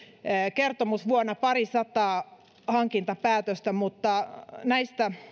kertomusvuonna parisataa hankintapäätöstä mutta näistä